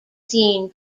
seen